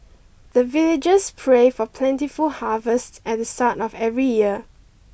the villagers pray for plentiful harvest at the start of every year